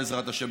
בעזרת השם,